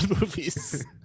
movies